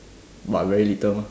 but very little mah